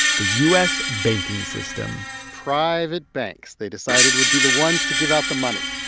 the u s. banking system private banks, they decided, would be the ones to give out the money.